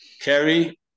Kerry